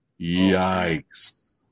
Yikes